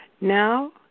Now